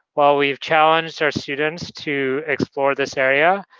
while we've challenged our students to explore this area,